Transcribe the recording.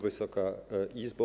Wysoka Izbo!